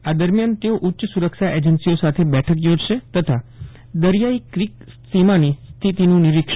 આ દરમ્યાન તેઓ ઉચ્ય સુરક્ષા એન્જસીઓ સાથે બેઠક થોજશે તથા દરિયાઈ ક્રિક સીમાની સ્થિતિનું નિરીક્ષણ કરશે